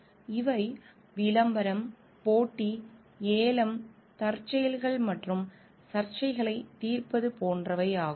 இவை விளம்பரம் போட்டி ஏலம் தற்செயல்கள் மற்றும் சர்ச்சைகளைத் தீர்ப்பது போன்றவை ஆகும்